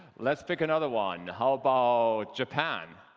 let's pick another one. how about japan?